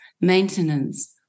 maintenance